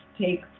take